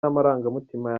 n’amarangamutima